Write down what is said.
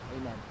amen